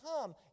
come